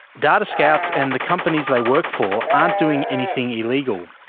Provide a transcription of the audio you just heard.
data scouts and the companies they work for aren't doing anything illegal.